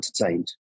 entertained